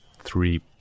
three